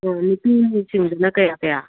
ꯑꯣ ꯅꯨꯄꯤꯁꯤꯡꯗꯅ ꯀꯌꯥ ꯀꯌꯥ